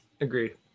Agreed